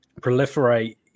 proliferate